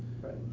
Right